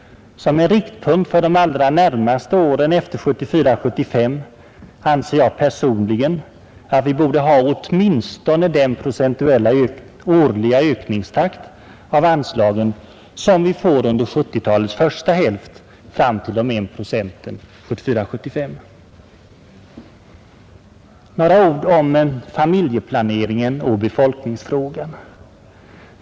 Som en riktpunkt för de allra närmaste åren efter 1974 75. Några ord om familjeplaneringen och befolkningsfrågan.